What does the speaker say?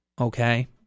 okay